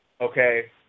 Okay